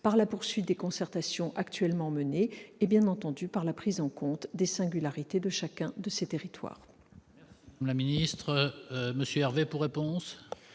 par la poursuite des concertations actuellement menées et, bien entendu, par la prise en compte des singularités de chacun de ces territoires.